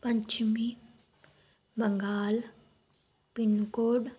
ਪੱਛਮੀ Bengal pin code